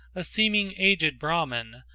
a seeming aged brahman,